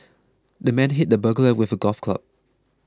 the man hit the burglar with a golf club